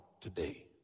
today